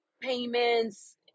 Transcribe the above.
payments